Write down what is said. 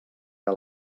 que